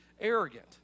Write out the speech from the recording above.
arrogant